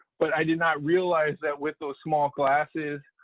but i did not realize that with those small classes,